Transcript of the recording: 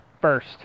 first